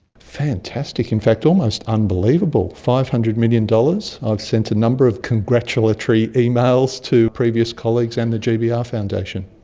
fantastic, in fact almost unbelievable, five hundred million dollars. i've sent a number of congratulatory emails to previous colleagues and the gbr foundation.